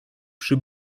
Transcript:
przy